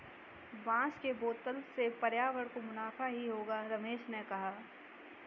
बांस के बोतल से पर्यावरण को मुनाफा ही होगा रमेश ने कहा